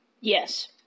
Yes